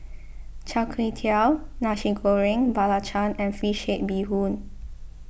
Char Kway Teow Nasi Goreng Belacan and Fish Head Bee Hoon